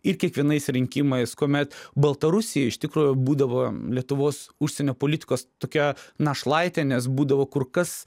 ir kiekvienais rinkimais kuomet baltarusija iš tikro būdavo lietuvos užsienio politikos tokia našlaitė nes būdavo kur kas